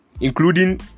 including